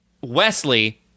Wesley